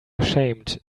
ashamed